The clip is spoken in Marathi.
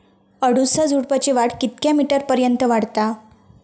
अडुळसा झुडूपाची वाढ कितक्या मीटर पर्यंत वाढता?